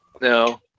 No